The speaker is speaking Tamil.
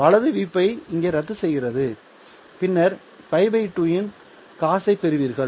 வலது Vπ இங்கே ரத்துசெய்கிறது பின்னர் நீங்கள் π 2 இன் cos ஐப் பெறுவீர்கள்